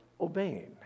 obeying